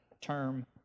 term